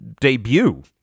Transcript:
debut